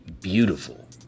beautiful